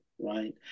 Right